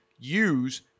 use